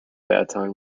baton